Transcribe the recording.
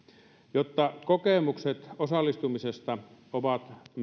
jotta kokemukset osallistumisesta ovat